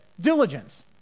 diligence